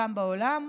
גם בעולם.